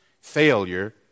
failure